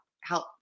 help